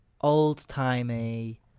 Old-timey